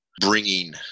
bringing